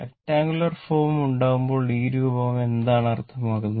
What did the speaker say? rectangular form ഉണ്ടാക്കുമ്പോൾ ഈ രൂപം എന്നാണ് അർത്ഥമാക്കുന്നത്